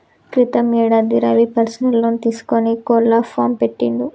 క్రితం యేడాది Ravi personal loan తీసుకొని కోళ్ల ఫాం పెట్టిండు